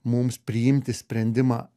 mums priimti sprendimą